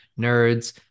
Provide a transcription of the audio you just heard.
nerds